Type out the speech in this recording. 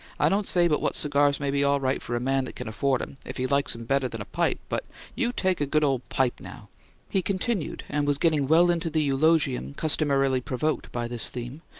i don't say but what cigars may be all right for a man that can afford em, if he likes em better than a pipe, but you take a good old pipe now he continued, and was getting well into the eulogium customarily provoked by this theme,